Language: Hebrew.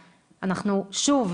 שוב,